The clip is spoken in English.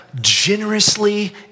generously